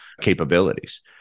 capabilities